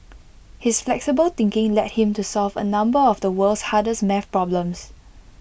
his flexible thinking led him to solve A number of the world's hardest math problems